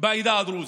בעדה הדרוזית.